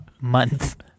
month